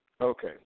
Okay